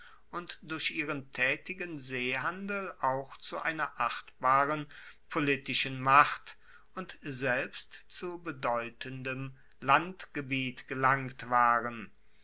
und durch ihren taetigen seehandel auch zu einer achtbaren politischen macht und selbst zu bedeutendem landgebiet gelangt waren